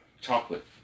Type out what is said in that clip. chocolate